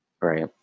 Right